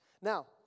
Now